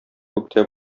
күктә